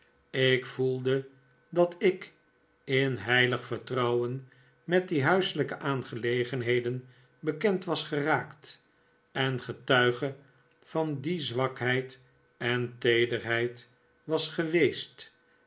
ik voelde dat ik in heilig vertrouwen met die huiselijke aangelegenheden bekend was geraakt en getuige van die zwakheid en teederheid was geweest